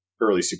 early